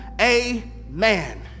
Amen